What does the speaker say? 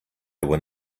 were